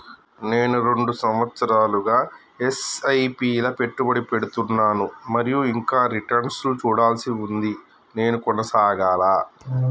నేను రెండు సంవత్సరాలుగా ల ఎస్.ఐ.పి లా పెట్టుబడి పెడుతున్నాను మరియు ఇంకా రిటర్న్ లు చూడాల్సి ఉంది నేను కొనసాగాలా?